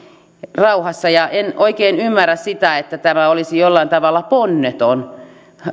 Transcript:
rauhassa enkä oikein ymmärrä sitä että tämä olisi jollain tavalla ponneton